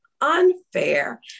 unfair